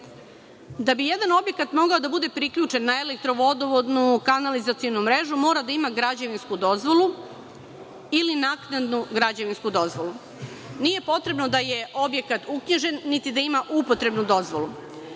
Da bi jedan objekat mogao da bude priključen na elektro-vodovodnu kanalizacionu mrežu mora da ima građevinsku dozvolu ili naknadnu građevinsku dozvolu. Nije potrebno da je objekat uknjižen, niti da ima upotrebnu dozvolu. Taj